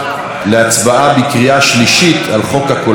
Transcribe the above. שלישית על חוק הקולנוע (תיקון מס' 5),